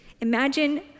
Imagine